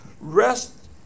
rest